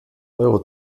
euro